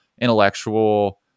intellectual